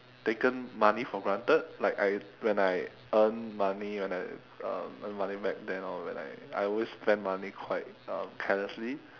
taken money for granted like I when I earn money when I um earn money back then I will be like I always spend money quite um carelessly